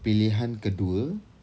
pilihan kedua